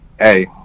Hey